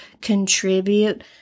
contribute